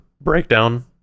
breakdown